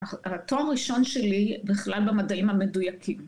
התואר הראשון שלי בכלל במדעים המדויקים.